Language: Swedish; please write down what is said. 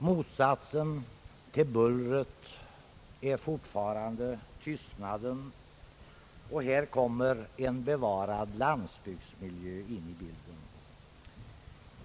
Motsatsen till bullret är fortfarande tystnaden, och här kommer en bevarad landsbygdsmiljö in i bilden.